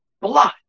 blood